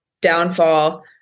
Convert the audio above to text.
downfall